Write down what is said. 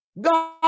God